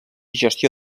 gestió